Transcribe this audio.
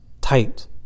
tight